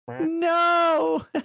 No